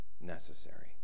necessary